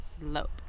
Slope